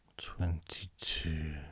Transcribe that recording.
Twenty-two